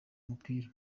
umupira